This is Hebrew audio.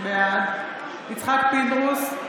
בעד יצחק פינדרוס,